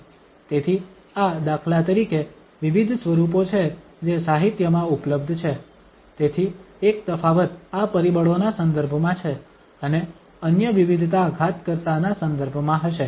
તેથી આ દાખલા તરીકે વિવિધ સ્વરૂપો છે જે સાહિત્યમાં ઉપલબ્ધ છે તેથી એક તફાવત આ પરિબળોના સંદર્ભમાં છે અને અન્ય વિવિધતા ઘાતકર્તાના સંદર્ભમાં હશે